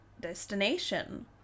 destination